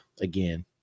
again